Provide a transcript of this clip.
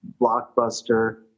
Blockbuster